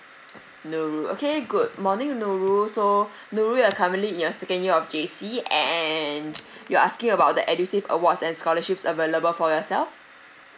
nurul okay good morning nurul so nurul you currently in your second year of J_C and you're asking about the edusave awards and scholarships available for yourself